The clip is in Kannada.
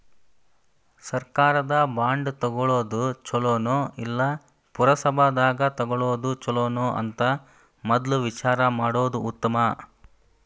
ಸರ್ಕಾರದ ಬಾಂಡ ತುಗೊಳುದ ಚುಲೊನೊ, ಇಲ್ಲಾ ಪುರಸಭಾದಾಗ ತಗೊಳೊದ ಚುಲೊನೊ ಅಂತ ಮದ್ಲ ವಿಚಾರಾ ಮಾಡುದ ಉತ್ತಮಾ